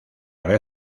red